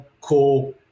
cool